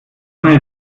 ist